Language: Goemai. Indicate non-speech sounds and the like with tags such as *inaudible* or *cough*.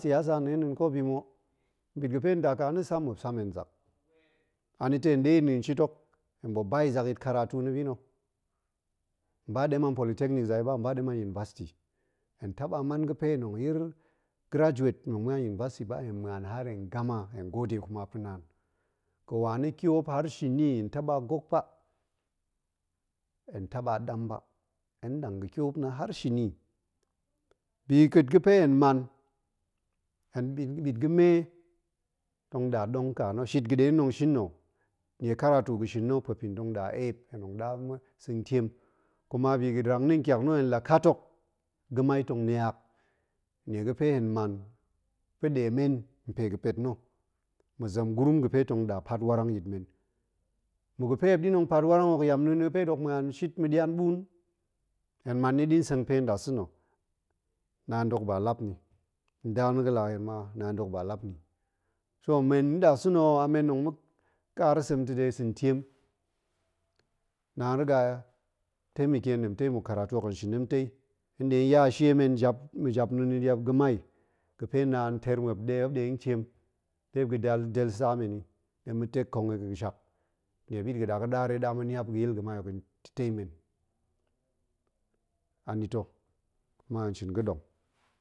Na siyasa nɗe nɗin kobi ma̱ o, nɓit ga̱ fe nda ƙa na̱ sam, muop sam hen zak, anita̱ hen ɗe i nɗin shit hok, hen ɓuop ba i zak yit karatu na̱ bi na̱, hen ba ɗem a npolitechnic zakyit ba, hen ba ɗem a university. hen taba man fe tong yir graduate tong ma̱an univeersity ba, hen ma̱an har hen gama, hen gode kuma pa̱ naan. ga̱ wa na̱ ƙiop har shini, hen taba gok ba, hen taba ɗam ba, hen lang ga̱ ƙiop na̱ har shini. bi ka̱a̱t ga̱ fe hen man, *hesitation* ɓit ga̱me tong ɗa ɗong nka na̱, shit ga̱ ɗe na̱ tong shin na̱, nie karatu ga̱ shin na̱, puepin tong ɗa eep, hen tong ɗa *hesitation* sa̱n tiem, kuma. bi ga̱ rang na̱ nƙiak na̱ la kat hok, ga̱mai tong niak, nie ga̱ fe hen man pa̱ ɗe men npe ga̱ pet na̱, ma̱ zem gurum ga̱ fe tong ɗa pat warang yit men. ma̱ ga̱ fe muop ɗin tong pat warang hok, yamneen na̱ ga̱ fe dok ma̱an shit ma̱ ɗian ɓuun, hen man ni ɗin seng pe nɗasa̱na̱, naan dok ba lap ni, nda na̱ ga̱ la hen ma, naan dok ba lap ni. so men nɗasa̱na a men tong ma̱ kaar sem ta̱ de sa̱n tiem, naan riga temeke hen ɗentai muk karatu hok hen shin ɗentai. hen ɗe ya a shie men *hesitation* ma̱japneen na̱ jap ga̱mai ga̱ fe naan ter muop *hesitation* muop nɗe kiem ɗe muop ga̱ del sa men i ma̱ tek kong hoki ga̱shak nie ɓit ga̱ ɗa ga̱ ɗaar ɗe ɗa ma̱ niep ga̱yil ga̱mai hok i ta̱tai men. anita̱, kuma hen shin ga̱ ɗong.